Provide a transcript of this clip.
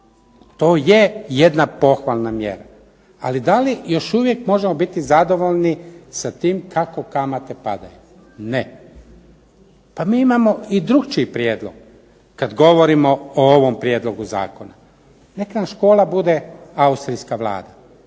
To je jedna pohvalna mjera, ali da li još uvijek možemo biti zadovoljni sa tim kako kamate padaju? Ne. Pa mi imamo i drukčiji prijedlog, kad govorimo o ovom prijedlogu zakona. Nek nam škola bude austrijska Vlada.